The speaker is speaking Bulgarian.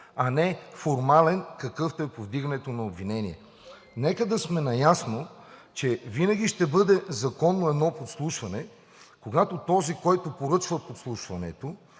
а не формален, какъвто е повдигането на обвинение. Нека да сме наясно, че винаги ще бъде законно едно подслушване, когато този, който поръчва подслушването